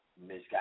misguided